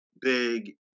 Big